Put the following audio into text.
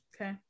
Okay